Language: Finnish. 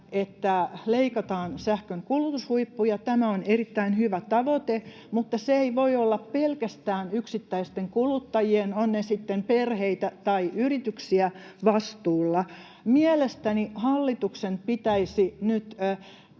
että leikataan sähkön kulutushuippuja, ja tämä on erittäin hyvä tavoite, mutta se ei voi olla pelkästään yksittäisten kuluttajien vastuulla, ovat ne sitten perheitä tai yrityksiä. Mielestäni hallituksen pitäisi nyt